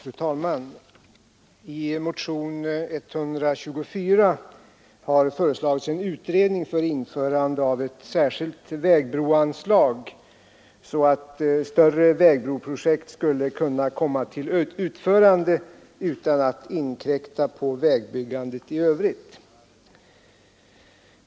Fru talman! I motionen 124 har föreslagits en utredning angående särskilt vägbroanslag, så att större vägbroprojekt kan komma till utförande utan att inkräkta på vägbyggandet i övrigt.